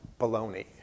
Baloney